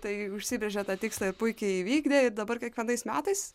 tai užsibrėžė tą tikslą ir puikiai įvykdė ir dabar kiekvienais metais